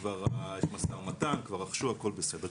יש כבר משא ומתן, כבר רכשו, הכל בסדר.